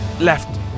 Left